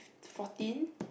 fourteen